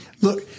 look